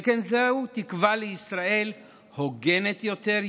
שכן זוהי תקווה לישראל הוגנת יותר,